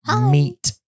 meet